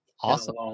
Awesome